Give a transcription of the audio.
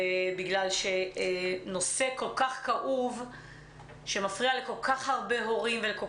זה נושא כל כך כאוב שמפריע לכל כך הרבה הורים ולכל